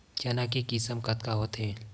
चना के किसम कतका होथे?